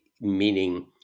meaning